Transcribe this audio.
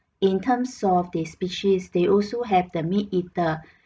in terms of the species they also have their meat eater